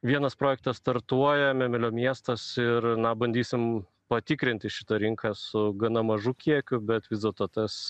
vienas projektas startuoja memelio miestas ir na bandysim patikrinti šitą rinką su gana mažu kiekiu bet vis dėlto tas